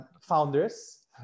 founders